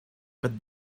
but